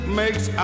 makes